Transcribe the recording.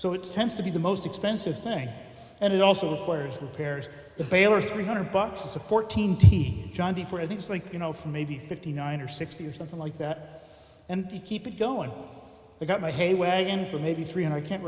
so it tends to be the most expensive thing and it also players with pears baylor three hundred bucks a fourteen t jonty for things like you know for maybe fifty nine or sixty or something like that and to keep it going i got my hay wagon for maybe three and i can't